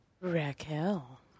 Raquel